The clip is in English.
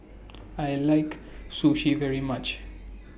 I like Sushi very much